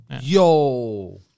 Yo